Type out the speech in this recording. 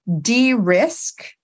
de-risk